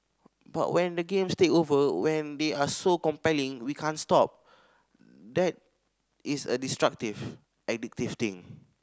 but when the games take over when they are so compelling we can't stop that is a destructive addictive thing